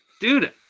Dude